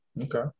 Okay